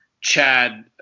chad